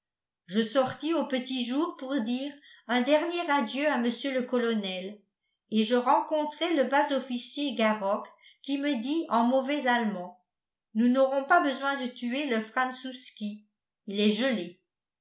je sortis au petit jour pour dire un dernier adieu à mr le colonel et je rencontrai le bas officier garok qui me dit en mauvais allemand nous n'aurons pas besoin de tuer le frantzouski il est gelé